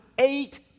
Eight